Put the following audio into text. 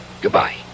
Goodbye